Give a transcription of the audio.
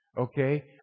Okay